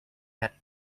had